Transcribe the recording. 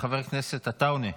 חבר הכנסת עטאונה,